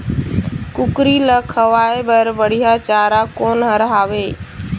कुकरी ला खवाए बर बढीया चारा कोन हर हावे?